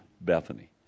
Bethany